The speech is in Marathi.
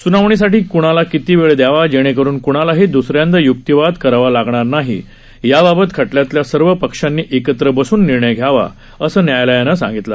सुनावणीसाठी क्णाला किती वेळ द्यावा जेणेकरुन क्णालाही दुसऱ्यांदा युक्तिवाद करावा लागणार नाही याबाबत खटल्यातल्या सर्व पक्षांनी एकत्र बसून निर्णय घ्यावा असं न्यायालयानं सांगितलं